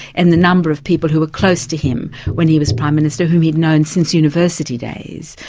and the number of people who were close to him when he was prime minister, whom he'd known since university days,